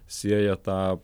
sieja tą